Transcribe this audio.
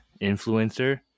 influencer